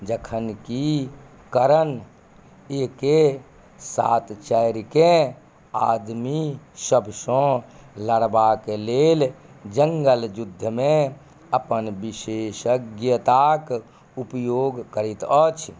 जखन कि करण एक एक सात चारिकेँ आदमी सभसँ लड़बाक लेल जङ्गल युद्धमे अपन बिशेषज्ञताक उपयोग करैत अछि